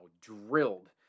drilled